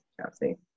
Chelsea